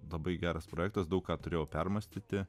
labai geras projektas daug ką turėjau permąstyti